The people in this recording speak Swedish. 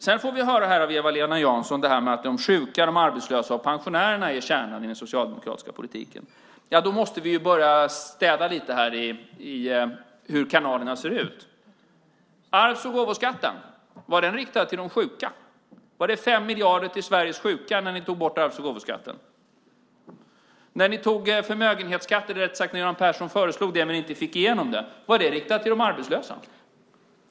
Sedan får vi höra av Eva-Lena Jansson att de sjuka, de arbetslösa och pensionärerna är kärnan i den socialdemokratiska politiken. Då måste vi titta hur kanalerna ser ut och börja städa lite. Arvs och gåvoskatten, var den riktad till de sjuka? Var det 5 miljarder till Sveriges sjuka när ni tog bort arvs och gåvoskatten? När Göran Persson föreslog att ta bort förmögenhetsskatten men inte fick igenom det, var det riktat till de arbetslösa?